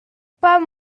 pas